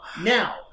Now